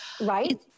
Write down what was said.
right